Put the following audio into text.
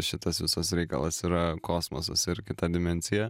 šitas visas reikalas yra kosmosas ir kita dimensija